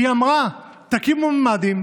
היא אמרה: תקימו ממ"דים,